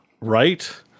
right